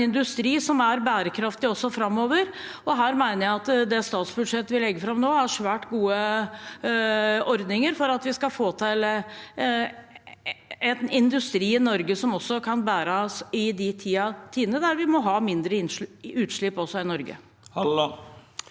bygge en industri som er bærekraftig også framover. Her mener jeg at det statsbudsjettet vi legger fram nå, har svært gode ordninger for at vi skal få til en industri i Norge som også kan bære oss i de tidene der vi må ha mindre utslipp også i Norge. Terje